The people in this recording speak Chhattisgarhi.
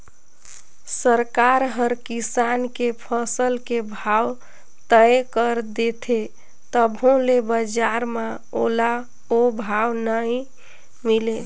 सरकार हर किसान के फसल के भाव तय कर देथे तभो ले बजार म ओला ओ भाव नइ मिले